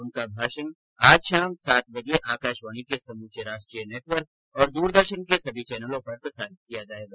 उनका भाषण आज शाम सात बजे आकाशवाणी के समूचे राष्ट्रीय नेटवर्क और दूरदर्शन के सभी चौनलों पर प्रसारित किया जाएगा